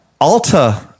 Alta